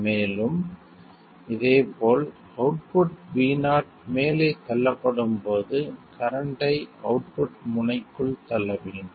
மேலும் இதேபோல் output vo மேலே தள்ளப்படும் போது கரண்ட்டை அவுட்புட் முனைக்குள் தள்ள வேண்டும்